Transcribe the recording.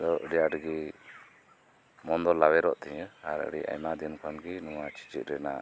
ᱫᱚ ᱟᱹᱰᱤ ᱟᱴᱜᱤ ᱢᱚᱱᱫᱚ ᱞᱟᱣᱮᱨᱚᱜ ᱛᱤᱧᱟᱹ ᱟᱨ ᱟᱹᱰᱤ ᱟᱭᱢᱟ ᱫᱤᱱᱠᱷᱚᱱᱜᱤ ᱱᱚᱣᱟ ᱪᱤᱪᱤᱫ ᱨᱮᱱᱟᱜ